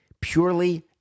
Purely